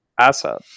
asset